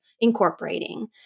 incorporating